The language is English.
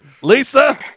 Lisa